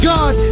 God